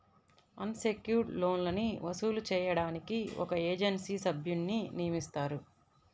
అన్ secured లోన్లని వసూలు చేయడానికి ఒక ఏజెన్సీ సభ్యున్ని నియమిస్తారు